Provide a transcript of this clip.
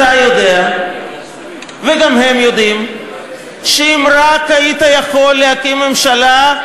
אתה יודע וגם הם יודעים שאם רק היית יכול להקים ממשלה,